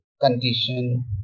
condition